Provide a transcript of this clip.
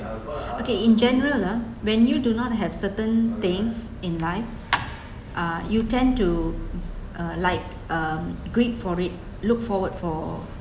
okay in general ah when you do not have certain things in life uh you tend to uh like um greed for it look forward for